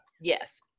yes